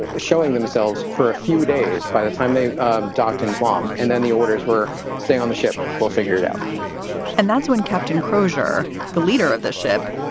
ah showing themselves for a few days by the time they docked in guam. and then the orders were stay on the ship. we'll figure it out and that's when captain crozier, the leader of the ship,